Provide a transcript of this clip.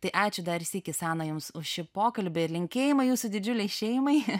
tai ačiū dar sykį sana jums už šį pokalbį linkėjimai jūsų didžiulei šeimai